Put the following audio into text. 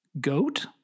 goat